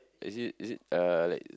is it is it uh like